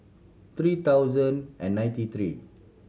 three thousand and ninety three